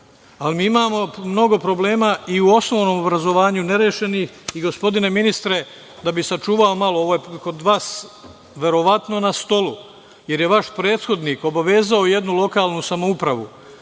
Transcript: ali mi imamo mnogo problema i u osnovnom obrazovanju nerešenih. Gospodine ministre, da bi sačuvao malo, ovo je kod vas verovatno na stolu, jer je vaš prethodnik obavezao jednu lokalnu samoupravu